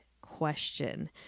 question